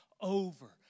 over